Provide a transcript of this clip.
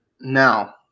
Now